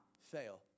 fail